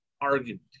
argument